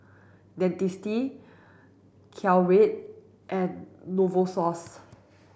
Dentiste Caltrate and Novosource